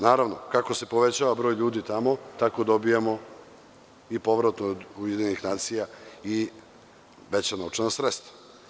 Naravno, kako se povećava broj ljudi tamo, tako dobijamo i povratno od UN i veća novčana sredstva.